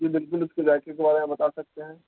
جی بالکل اس کے ذائقے کے بارے میں بتا سکتے ہیں